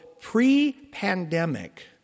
pre-pandemic